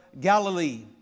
Galilee